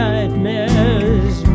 Nightmares